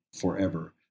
forever